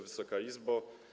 Wysoka Izbo!